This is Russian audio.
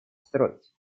строить